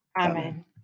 Amen